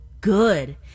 good